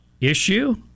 Issue